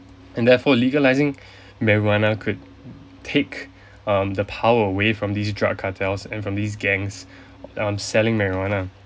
and therefore legalising marijuana could take um the power away from these drug cartels and from these gangs um selling marijuana